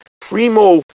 Primo